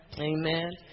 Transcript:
Amen